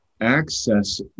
access